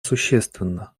существенно